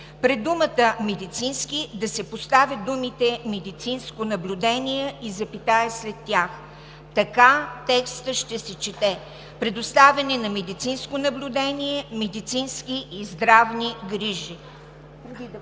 пред думата „медицински“ да се поставят думите „медицинско наблюдение“ и запетая след тях. Така текстът ще се чете: „Предоставяне на медицинско наблюдение, медицински и здравни грижи“.